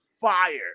fire